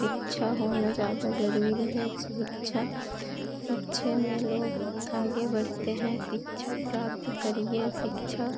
शिक्षा होना ज़्यादा ज़रूरी है ऐसी शिक्षा शिक्षा में लोग आगे बढ़ते हैं शिक्षा प्राप्त करिए शिक्षा